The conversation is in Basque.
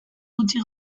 gutxi